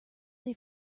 they